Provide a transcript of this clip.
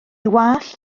wallt